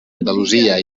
andalusia